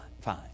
fine